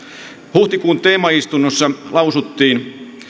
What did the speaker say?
huhtikuun teemaistunnossa lausuttiin